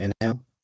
inhale